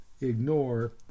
ignore